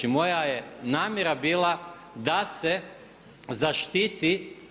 I moja je namjera bila da se zaštititi.